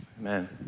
Amen